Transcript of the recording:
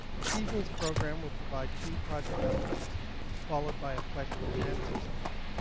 this evening's program will provide two project updates followed by a question and answer session.